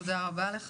תודה רבה.